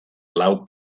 lau